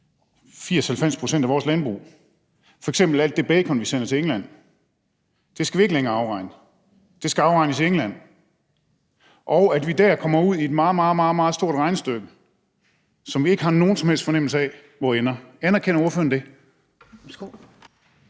pct. af vores landbrug – f.eks. al det bacon, vi sender til England, skal vi ikke længere afregne, for det skal afregnes i England, og at vi der kommer ud i et meget, meget stort regnestykke, som vi ikke har nogen som helst fornemmelse af hvor ender? Anerkender ordføreren det?